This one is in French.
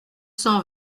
cent